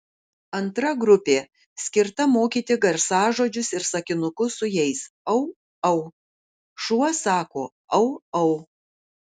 antra grupė skirta mokyti garsažodžius ir sakinukus su jais au au šuo sako au au